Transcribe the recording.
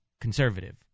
conservative